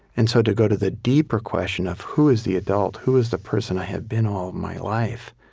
and so, to go to the deeper question of, who is the adult? who is the person i have been all my life?